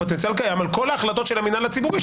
פוטנציאל קיים על כל ההחלטות של המינהל הציבורי,